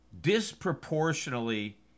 disproportionately